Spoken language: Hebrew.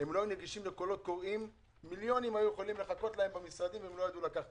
הדברים הללו קריטיים על מנת שתהיה ודאות לעסקים להמשיך ולהתקיים